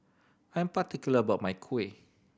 I'm particular about my kuih